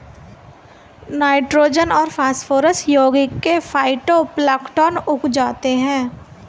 nitrogen और phosphorus यौगिक से फाइटोप्लैंक्टन उग जाते है